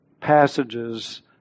passages